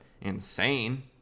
insane